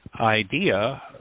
idea